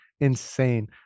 insane